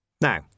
Now